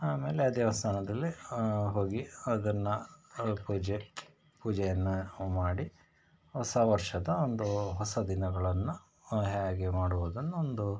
ಆಮೇಲೆ ದೇವಸ್ಥಾನದಲ್ಲಿ ಹೋಗಿ ಅದನ್ನು ಪೂಜೆ ಪೂಜೆಯನ್ನು ಮಾಡಿ ಹೊಸ ವರ್ಷದ ಒಂದು ಹೊಸ ದಿನಗಳನ್ನು ಹೇಗೆ ಮಾಡುವುದನ್ನು ಒಂದು